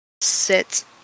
sit